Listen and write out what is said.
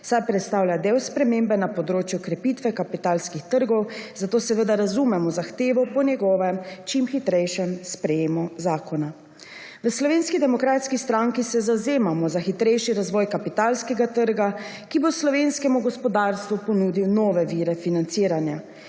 saj predstavlja del spremembe na področju krepitve kapitalskih trgov, zato razumemo zahtevo po njegovem čih hitrejšem sprejemu zakona. V Slovenski demokratski stranki se zavzemamo za hitrejši razvoj kapitalskega trga, ki bo slovenskemu gospodarstvu ponudil nove vire financiranja.